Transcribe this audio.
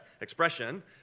expression